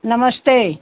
नमस्ते